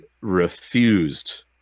refused